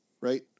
right